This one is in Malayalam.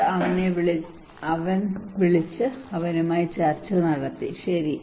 അവൻ അവനെ വിളിച്ച് അവനുമായി ചർച്ച നടത്തി ശരി